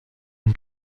une